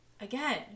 Again